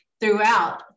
throughout